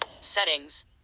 Settings